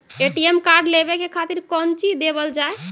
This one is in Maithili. ए.टी.एम कार्ड लेवे के खातिर कौंची देवल जाए?